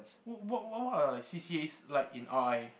what what what are like C_C_As like in R_I